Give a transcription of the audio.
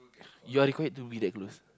you are required to be that close